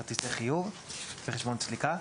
כרטיסי חיוב וחשבון סליקה.